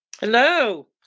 Hello